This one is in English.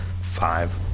five